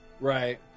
Right